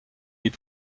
les